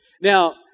Now